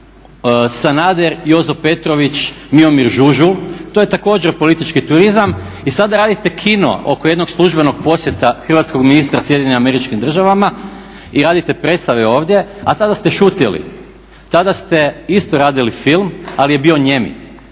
Sanader, Jozo Petrović, Miomir Žužul. To je također politički turizam. I sada radite kino oko jednog službenog posjeta hrvatskog ministra Sjedinjenim Američkim Državama i radite predstave ovdje a tada ste šutjeli. Tada ste isto radili film ali je bio nijemi.